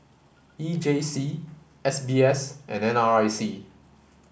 E J C S B S and N R I C